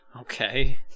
Okay